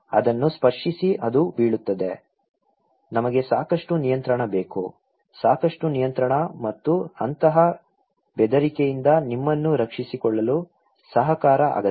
ಅದನ್ನು ಸ್ಪರ್ಶಿಸಿ ಅದು ಬೀಳುತ್ತದೆ ನಮಗೆ ಸಾಕಷ್ಟು ನಿಯಂತ್ರಣ ಬೇಕು ಸಾಕಷ್ಟು ನಿಯಂತ್ರಣ ಮತ್ತು ಅಂತಹ ಬೆದರಿಕೆಯಿಂದ ನಿಮ್ಮನ್ನು ರಕ್ಷಿಸಿಕೊಳ್ಳಲು ಸಹಕಾರ ಅಗತ್ಯ